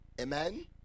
Amen